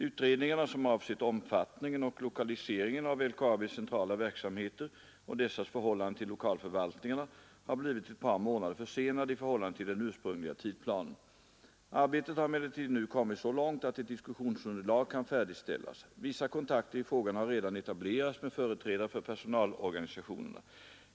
Utredningarna, som avsett omfattningen och lokaliseringen av LKAB:s centrala verksamheter och dessas förhållande till lokalförvaltningarna, har blivit ett par månader försenade i förhållande till den ursprungliga tidplanen. Arbetet har emellertid nu kommit så långt att ett diskussionsunderlag nu kan färdigställas. Vissa kontakter i frågan har redan etablerats med företrädare för personalorganisationerna.